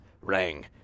rang